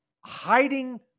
hiding